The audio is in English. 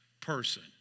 person